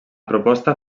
proposta